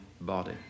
body